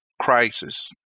crisis